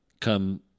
come –